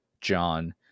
John